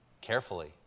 Carefully